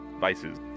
vices